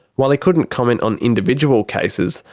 while he couldn't comment on individual cases,